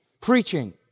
preaching